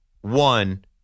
one